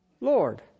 Lord